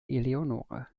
eleonore